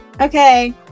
Okay